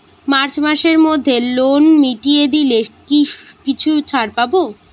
March মাসের মধ্যে loan মিটিয়ে দিলে কি কিছু ছাড় পাব?